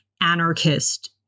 anarchist